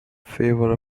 favour